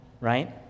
right